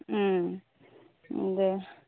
दे